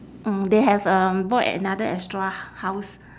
mm they have um bought another extra house